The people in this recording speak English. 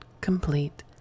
complete